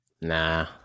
Nah